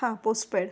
हा पोस्टपेड